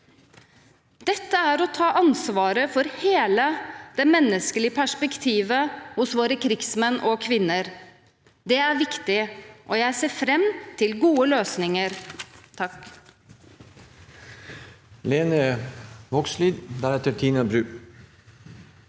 Dette er å ta ansvaret for hele det menneskelige perspektivet hos våre krigsmenn og -kvinner. Det er viktig, og jeg ser fram til gode løsninger. Lene